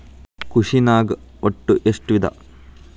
ಕೃಷಿನಾಗ್ ಒಟ್ಟ ಎಷ್ಟ ವಿಧ?